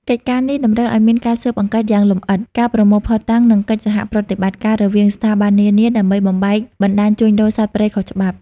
កិច្ចការនេះតម្រូវឲ្យមានការស៊ើបអង្កេតយ៉ាងលម្អិត ការប្រមូលភស្តុតាង និងកិច្ចសហប្រតិបត្តិការរវាងស្ថាប័ននានា ដើម្បីបំបែកបណ្ដាញជួញដូរសត្វព្រៃខុសច្បាប់។